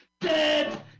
dead